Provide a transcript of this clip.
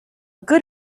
good